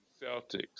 Celtics